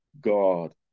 God